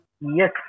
Yes